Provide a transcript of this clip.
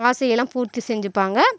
ஆசையெல்லாம் பூர்த்தி செஞ்சுப்பாங்க